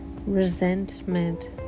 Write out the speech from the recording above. resentment